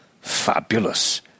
Fabulous